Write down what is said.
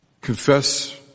confess